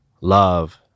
love